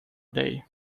day